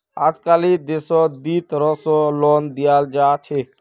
अजकालित देशत दी तरह स लोन दियाल जा छेक